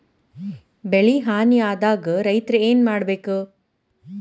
ಬೆಳಿ ಹಾನಿ ಆದಾಗ ರೈತ್ರ ಏನ್ ಮಾಡ್ಬೇಕ್?